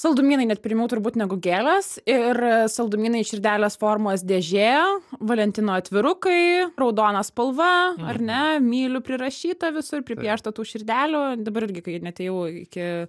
saldumynai net pirmiau turbūt negu gėlės ir saldumynai širdelės formos dėžė valentino atvirukai raudona spalva ar ne myliu prirašyta visur pripiešta tų širdelių dabar irgi kai net ėjau iki